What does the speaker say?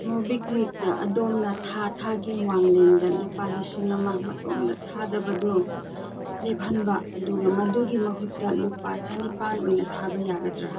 ꯃꯣꯕꯤꯛꯋꯤꯛꯇ ꯑꯗꯣꯝꯅ ꯊꯥ ꯊꯥꯒꯤ ꯋꯥꯟꯂꯦꯟꯗ ꯂꯨꯄꯥ ꯂꯤꯁꯤꯡ ꯑꯃ ꯃꯇꯣꯝꯇ ꯊꯥꯗꯕꯗꯨ ꯂꯦꯞꯍꯟꯕ ꯑꯗꯨꯒ ꯃꯗꯨꯒꯤ ꯃꯍꯨꯠꯇ ꯂꯨꯄꯥ ꯆꯥꯅꯤꯄꯥꯜ ꯑꯣꯏꯅ ꯊꯥꯕ ꯌꯥꯒꯗ꯭ꯔꯥ